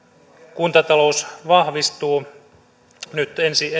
kuntatalous vahvistuu nyt ensi